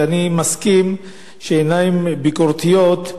ואני מסכים שבעיניים ביקורתיות,